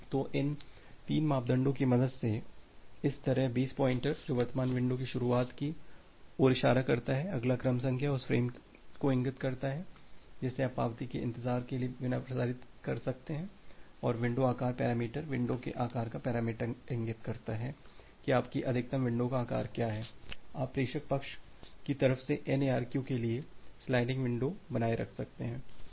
तो इन तीन मापदंडों की मदद से इस तरह बेस पॉइंटर जो वर्तमान विंडो की शुरुआत की ओर इशारा करता है अगला क्रम संख्या उस फ़्रेम को इंगित करता है जिसे आप पावती के इंतजार के बिना प्रसारित कर सकते हैं और विंडो आकार पैरामीटर विंडो के आकार का पैरामीटर इंगित करता है कि आपकी अधिकतम विंडो का आकार क्या है आप प्रेषक पक्ष की तरफ N ARQ के लिए स्लाइडिंग विंडो बनाए रख सकते हैं